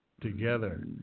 together